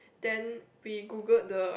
then we Googled the